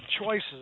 choices